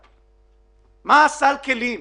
מה סל הכלים,